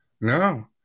No